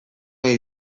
nahi